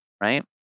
Right